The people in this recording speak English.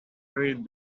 read